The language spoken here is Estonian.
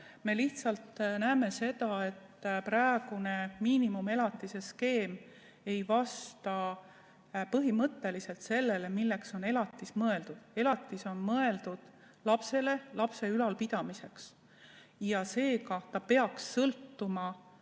Me lihtsalt näeme seda, et praegune miinimumelatise skeem ei vasta põhimõtteliselt sellele, milleks elatis on mõeldud. Elatis on mõeldud lapsele, lapse ülalpidamiseks ja seega ta peaks sõltuma